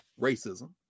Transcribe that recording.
racism